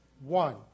One